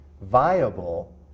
viable